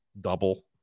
double